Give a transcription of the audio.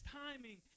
timing